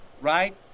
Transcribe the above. right